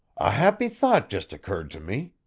a happy thought just occurred to me!